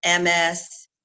MS